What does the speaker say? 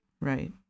Right